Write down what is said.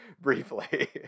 briefly